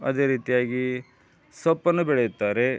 ಅದೇ ರೀತಿಯಾಗಿ ಸೊಪ್ಪನ್ನು ಬೆಳೆಯುತ್ತಾರೆ